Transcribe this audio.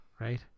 right